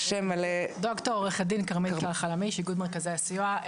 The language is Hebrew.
ד"ר עו"ד כרמל קלר-חלמיש, איגוד מרכזי הסיוע.